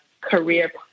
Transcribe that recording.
career